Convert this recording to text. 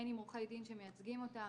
הן עם עורכי דין שמייצגים אותם,